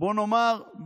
בוא נאמר,